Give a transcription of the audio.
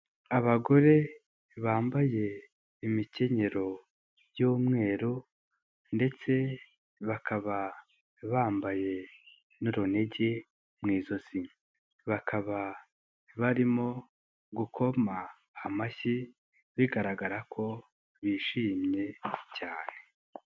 Abagore bambaye imikenyero y'umweru ndetse bakaba bambaye n'urunigi mu ijosi. Bakaba barimo gukoma amashyi, bigaragara ko bishimye cyane.